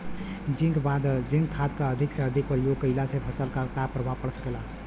Zinc खाद क अधिक से अधिक प्रयोग कइला से फसल पर का प्रभाव पड़ सकेला?